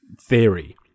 theory